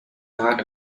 not